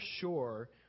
sure